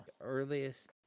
earliest